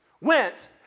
went